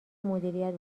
مدیریت